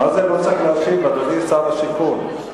להשיב, אדוני שר השיכון.